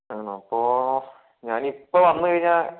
ആണോ അപ്പോൾ ഞാൻ ഇപ്പോൾ വന്ന് കഴിഞ്ഞാൽ